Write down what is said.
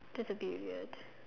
that's a bit weird